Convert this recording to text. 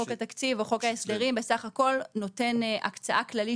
חוק התקציב או חוק ההסדרים בסך הכול נותן הקצאה כללית